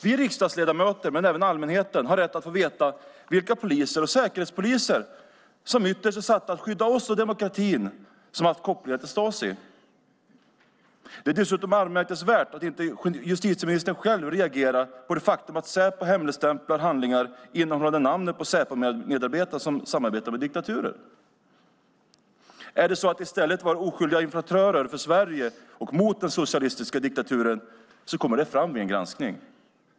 Vi riksdagsledamöter och även allmänheten har rätt att få veta vilka poliser och säkerhetspoliser, som ju ytterst är satta att skydda oss och demokratin, som haft kopplingar till Stasi. Det är dessutom anmärkningsvärt att inte justitieministern själv reagerar på det faktum att Säpo hemligstämplar handlingar innehållande namn på Säpomedarbetare som samarbetat med diktaturer. Är det så att de i stället varit oskyldiga infiltratörer för Sverige och mot den socialistiska diktaturen kommer det fram vid en granskning.